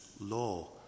law